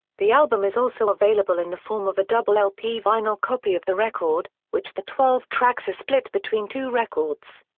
the album is also available in the form of a double lp vinyl copy of the record, which the twelve tracks are split between two records.